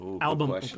album